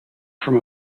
from